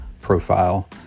profile